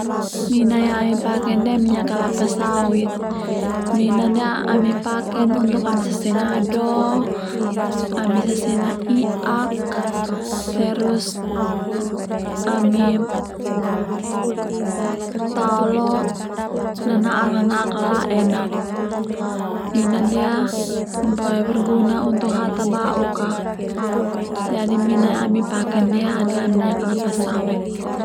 Mina yang ami pake ndia mina kelapa sawit mina ndia ami paken untuk ami sasena ado ami sasena i'ak terus ami tao lo nana'ak -nana'ak lalaen a mina ndia boe berguna untuk hata bauk a jadi mina yang ami pake ndia mina kelapa sawit.